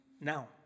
Now